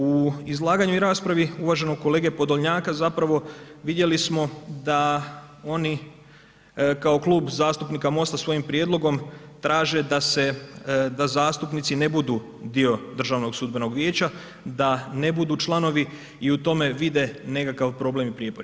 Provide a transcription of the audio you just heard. U izlaganju i raspravi uvaženog kolege Podolnjaka zapravo vidjeli smo da oni kao Klub zastupnika MOST-a svojim prijedlogom traže da se, da zastupnici ne budu dio Državnog sudbenog vijeća, da ne budu članovi i u tome vide nekakav problem i prijepor.